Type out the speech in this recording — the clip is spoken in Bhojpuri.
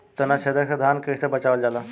ताना छेदक से धान के कइसे बचावल जाला?